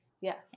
Yes